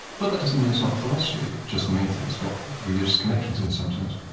but that doesn't mean it's not philosophy, it just means that it's got religious connections in some sense.